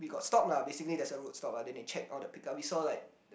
we got stopped lah basically there's a road stop ah then they check all the pick up we saw like